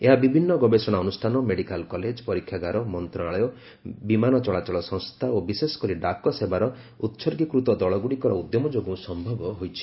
ଏହା ବିଭିନ୍ନ ଗବେଷଣା ଅନୁଷ୍ଠାନ ମେଡିକାଲ୍ କଲେଜ ପରୀକ୍ଷାଗାର ମନ୍ତ୍ରଶାଳୟ ବିମାନ ଚଳାଚଳ ସଂସ୍ଥା ଓ ବିଶେଷ କରି ଡାକ ସେବାର ଉସର୍ଗୀକୃତ ଦଳଗୁଡ଼ିକର ଉଦ୍ୟମ ଯୋଗୁଁ ସମ୍ଭବ ହୋଇଛି